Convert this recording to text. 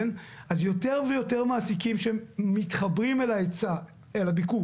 אז יותר ויותר מעסיקים שמתחברים אל הביקוש,